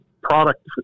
product